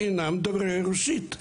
אינם דוברים רוסית.